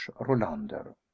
Rolander